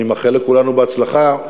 אני מאחל לכולנו בהצלחה,